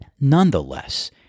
nonetheless